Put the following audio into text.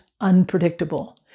unpredictable